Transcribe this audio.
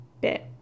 bit